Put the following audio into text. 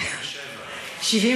ב-1977.